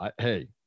Hey